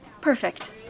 Perfect